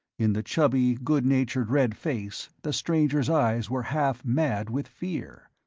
in the chubby, good-natured red face, the stranger's eyes were half-mad with fear.